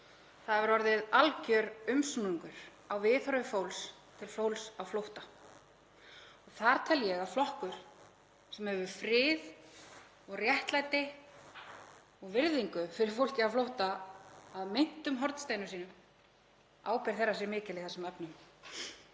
Það hefur orðið alger umsnúningur á viðhorfi fólks til fólks á flótta. Þar tel ég að ábyrgð flokks sem hefur frið og réttlæti og virðingu fyrir fólki á flótta að meintum hornsteinum sínum sé mikil í þessum efnum.